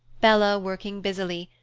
bella working busily,